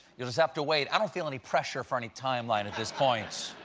you'll just have to wait. i don't feel any pressure for any timeline at this point.